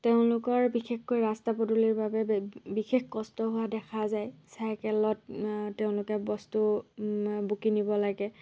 তেওঁলোকৰ বিশেষকৈ ৰাস্তা পদুলিৰ বাবে বিশেষ কষ্ট হোৱা দেখা যায় চাইকেলত তেওঁলোকে বস্তু কিনিব লাগে